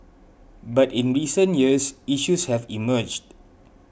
but in recent years issues have emerged